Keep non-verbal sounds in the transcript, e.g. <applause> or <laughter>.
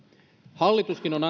hallituskin on <unintelligible>